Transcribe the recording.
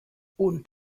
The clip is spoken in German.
und